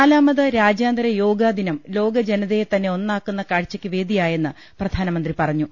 നാലാമത് രാജ്യാന്തര യോഗാ ദിനം ലോകജനതയെ തന്നെ ഒന്നാക്കുന്ന കാഴ്ചയ്ക്ക് വേദിയായെന്ന് പ്രധാനമന്ത്രി പറഞ്ഞു